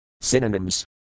Synonyms